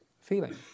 feeling